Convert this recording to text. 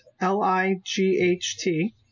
L-I-G-H-T